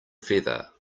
feather